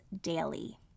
daily